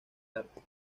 arte